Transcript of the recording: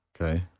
Okay